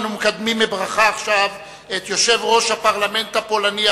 אנחנו מקדמים כעת בברכה את יושב-ראש הפרלמנט הפולני,